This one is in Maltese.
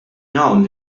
hawn